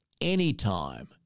anytime